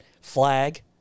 flag